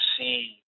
see